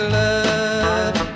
love